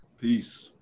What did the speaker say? peace